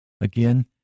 Again